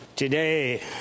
today